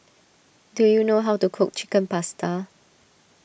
do you know how to cook Chicken Pasta